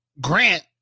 Grant